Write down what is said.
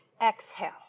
exhale